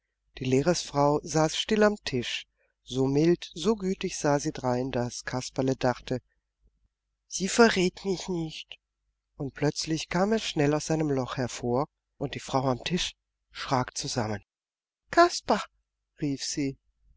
die lehrersfrau saß still am tisch so mild so gütig sah sie drein daß kasperle dachte sie verrät mich nicht und plötzlich kam er schnell aus seinem loch hervor und die frau am tisch schrak zusammen kasper rief sie